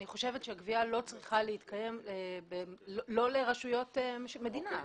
אני חושבת שחברות גבייה לא צריכות לעבוד בשביל רשויות המדינה.